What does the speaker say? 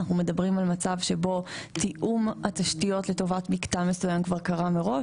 אנחנו מדברים על מצב שבו תיאום התשתיות לטובת מקטע מסוים כבר קרה מראש.